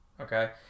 Okay